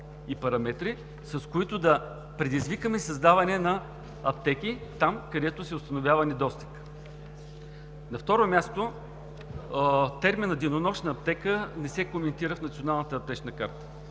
и параметри, с които да предизвикаме създаване на аптеки там, където се установява недостиг. На второ място, терминът „денонощна аптека“ не се коментира в Националната аптечна карта.